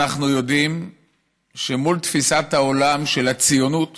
אנחנו יודעים שמול תפיסת העולם של הציונות